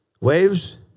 Waves